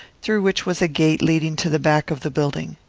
through which was a gate leading to the back of the building.